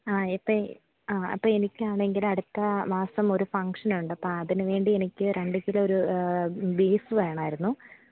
ആ എപ്പം ആ അപ്പം എനിക്കാണെങ്കിൽ അടുത്ത മാസം ഒരു ഫംഗ്ഷൻ ഉണ്ട് അപ്പം അതിന് വേണ്ടി എനിക്ക് രണ്ട് കിലോ ഒരു ബീഫ് വേണമായിരുന്നു